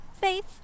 Faith